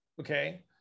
okay